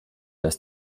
dass